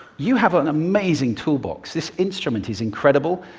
you have an amazing toolbox. this instrument is incredible,